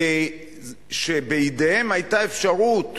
שבידיהם היתה האפשרות